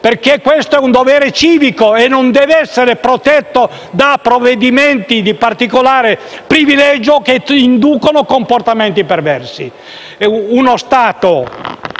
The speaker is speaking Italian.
perché questo è un dovere civico e non deve essere protetto da provvedimenti di particolare privilegio, che inducono comportamenti perversi.